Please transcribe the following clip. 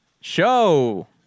show